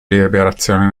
liberazione